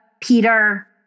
Peter